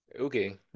okay